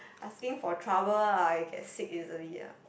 asking for trouble ah you get sick easily ah